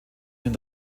sind